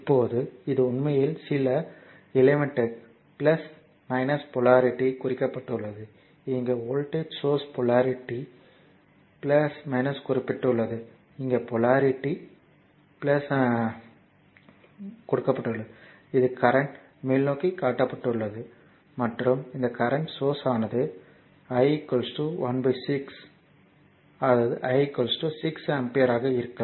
இப்போது இது உண்மையில் சில எலிமெண்ட் போலாரிட்டி குறிக்கப்பட்டுள்ளது இங்கே வோல்டேஜ் சோர்ஸ் போலாரிட்டி குறிக்கப்பட்டுள்ளது இங்கே போலாரிட்டி குறிக்கப்பட்டுள்ளது மற்றும் இது கரண்ட் மேல்நோக்கி காட்டப்பட்டுள்ளது மற்றும் இந்த கரண்ட் சோர்ஸ் ஆனது I 1 6 அதாவது I 6 ஆம்பியர் ஆக இருக்கும்